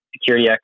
security